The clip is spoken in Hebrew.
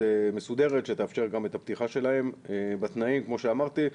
מסודרת שתאפשר גם את הפתיחה שלהם בתנאים כמו שאמרתי.